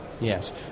yes